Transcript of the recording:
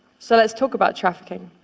so let's talk about trafficking.